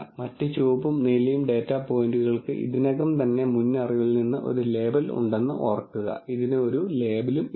മറ്റ് ചുവപ്പും നീലയും ഡാറ്റാ പോയിന്റുകൾക്ക് ഇതിനകം തന്നെ മുൻ അറിവിൽ നിന്ന് ഒരു ലേബൽ ഉണ്ടെന്ന് ഓർക്കുക ഇതിന് ഒരു ലേബൽ ഇല്ല